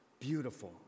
beautiful